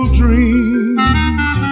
dreams